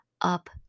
up